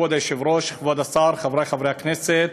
כבוד היושב-ראש, כבוד השר, חברי חברי הכנסת,